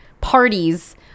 parties